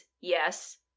yes